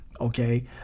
Okay